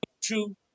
two